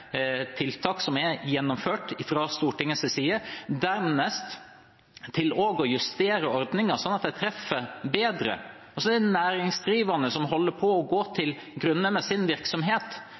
tiltak som er gjennomført fra Stortingets side, eller å justere ordninger slik at de treffer bedre. Næringsdrivende holder på å gå til grunne med sin virksomhet.